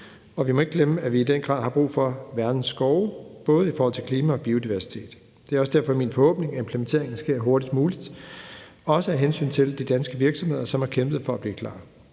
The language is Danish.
og vi må ikke glemme, at vi i den grad har brug for verdens skove i forhold til både klima og biodiversitet. Det er derfor også min forhåbning, at implementeringen sker hurtigst muligt – også af hensyn til de danske virksomheder, som har kæmpet for at blive klar.